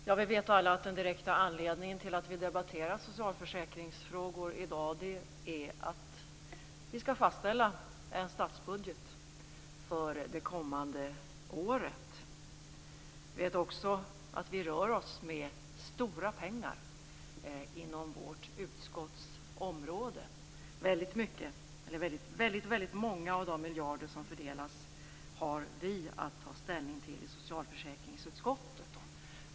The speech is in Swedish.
Fru talman! Vi vet alla att den direkta anledningen till att vi debatterar socialförsäkringsfrågor i dag är att vi skall fastställa en statsbudget för det kommande året. Vi vet också att vi rör oss med stora pengar inom vårt utskottsområde. Väldigt många av de miljarder som fördelas har vi att ta ställning till i socialförsäkringsutskottet.